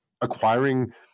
acquiring –